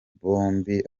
bombi